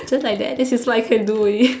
just like that this is what I can do already